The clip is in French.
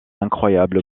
incroyable